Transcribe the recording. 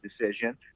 decision